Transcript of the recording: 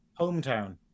Hometown